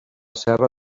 serra